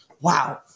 wow